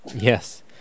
Yes